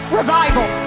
revival